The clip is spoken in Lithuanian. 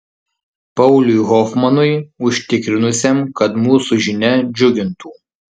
pauliui hofmanui užtikrinusiam kad mūsų žinia džiugintų